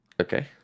Okay